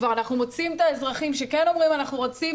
אנחנו כבר מוצאים את האזרחים שכן אומרים שהם רוצים,